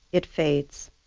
it fades.